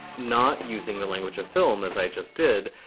not using the language of film as i just did,